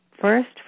first